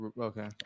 okay